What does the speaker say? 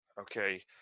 okay